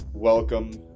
Welcome